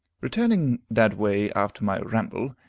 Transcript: returning that way after my ramble,